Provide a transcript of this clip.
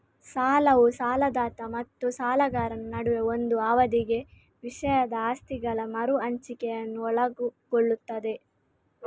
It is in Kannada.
ಸಾಲವು ಸಾಲದಾತ ಮತ್ತು ಸಾಲಗಾರನ ನಡುವೆ ಒಂದು ಅವಧಿಗೆ ವಿಷಯದ ಆಸ್ತಿಗಳ ಮರು ಹಂಚಿಕೆಯನ್ನು ಒಳಗೊಳ್ಳುತ್ತದೆ